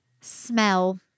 smell